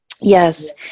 Yes